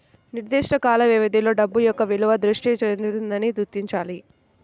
నిర్దిష్ట కాల వ్యవధిలో డబ్బు యొక్క విలువ వృద్ధి చెందుతుందని గుర్తించాలి